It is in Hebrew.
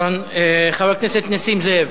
חבר הכנסת נסים זאב,